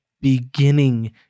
beginning